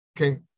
Okay